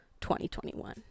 2021